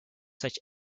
such